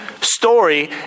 story